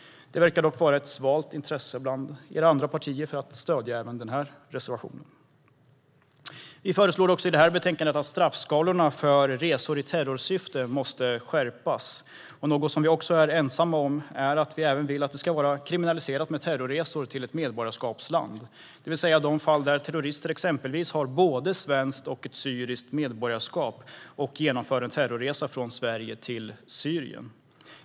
Det verkar dock vara ett svalt intresse bland er i andra partier för att stödja även denna reservation. Vi föreslår också i betänkandet att straffskalorna för resor i terrorsyfte måste skärpas. Något som vi också är ensamma om är att vi även vill att det ska vara kriminaliserat med terrorresor till ett medborgarskapsland, det vill säga de fall där terrorister exempelvis har både ett svenskt och ett syriskt medborgarskap och genomför en terrorresa från Sverige till Syrien.